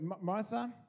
Martha